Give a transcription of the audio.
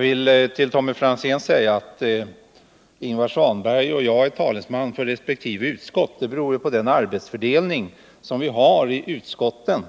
Herr talman! Ingvar Svanberg och jag är, Tommy Franzén, talesmän för var sitt utskott i denna fråga. Det beror på den arbetsfördelning som vi har mellan utskotten.